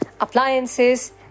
appliances